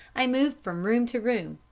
i moved from room to room,